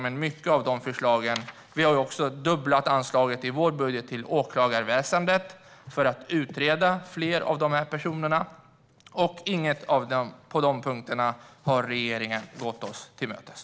I vår budget har vi dessutom dubblat anslaget till åklagarväsendet för att fler personer ska utredas. På ingen av dessa punkter har regeringen gått oss till mötes.